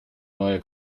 neue